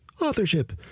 Authorship